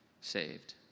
saved